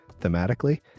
thematically